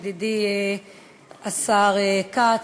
ידידי השר כץ,